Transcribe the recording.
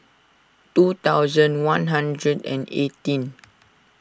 two thousand one hundred and eighteen